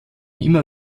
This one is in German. immer